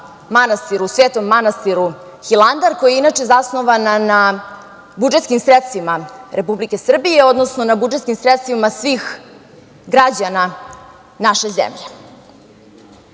podrška Svetom manastiru Hilandar, koja je inače zasnovana na budžetskim sredstvima Republike Srbije, odnosno na budžetskim sredstvima svih građana naše zemlje. Kao